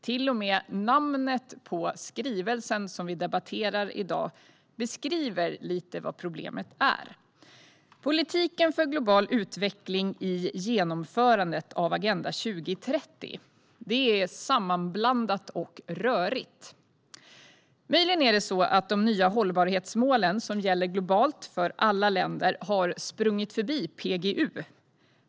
Till och med namnet på skrivelsen som vi debatterar beskriver lite vad problemet är: Politiken för global utveckling i genomför andet av Agenda 2030 . Det är sammanblandat och rörigt. Möjligen är det så att de nya hållbarhetsmålen, som gäller globalt för alla länder, har sprungit förbi PGU.